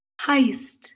heist